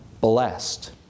blessed